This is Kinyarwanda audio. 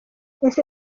ese